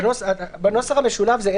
בנוסח המשולב.